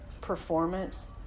performance